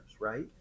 right